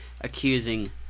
accusing